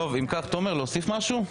תומר, להוסיף משהו?